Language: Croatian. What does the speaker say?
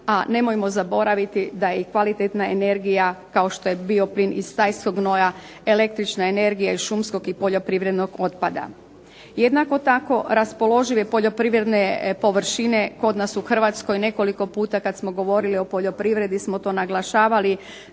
a nemojmo zaboraviti da je i kvalitetna energija kao što je bioplin iz stajskog gnoja, električna energija iz šumskog i poljoprivrednog otpada. Jednako tako raspoložive poljoprivredne površine kod nas u Hrvatskoj, nekoliko puta kada smo govorili o poljoprivredi smo to naglašavali,